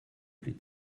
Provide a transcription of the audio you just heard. plus